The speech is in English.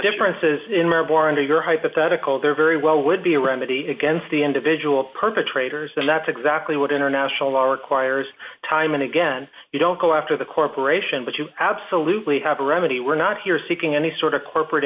your hypothetical they're very well would be a remedy against the individual perpetrators and that's exactly what international law requires time and again you don't go after the corporation but you absolutely have a remedy we're not here seeking any sort of corporate